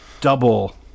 double